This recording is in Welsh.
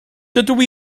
dydw